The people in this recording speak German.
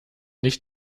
nicht